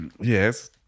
yes